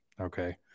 Okay